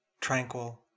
tranquil